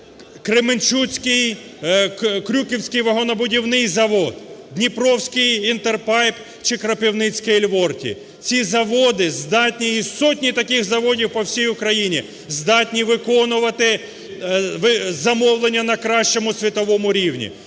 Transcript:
Кременчуцький... Крюковський вагонобудівний завод, Дніпровський "Інтерпайп" чи Кропивницьке "Ельворті", ці заводи здатні і сотні таких заводів по всій Україні здатні виконувати замовлення на кращому світовому рівні,